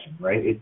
right